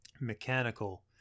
mechanical